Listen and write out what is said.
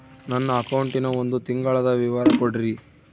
ನನ್ನ ಅಕೌಂಟಿನ ಒಂದು ತಿಂಗಳದ ವಿವರ ಕೊಡ್ರಿ?